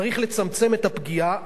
צריך לצמצם את הפגיעה.